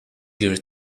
year